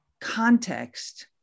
context